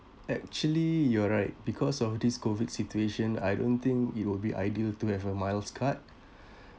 actually you are right because of this COVID situation I don't think it will be ideal to have a miles card